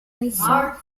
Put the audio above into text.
isa